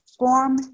Form